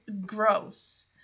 Gross